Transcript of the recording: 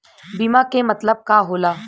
बीमा के मतलब का होला?